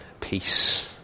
peace